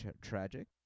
tragic